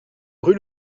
rue